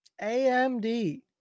AMD